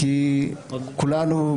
כי כולנו,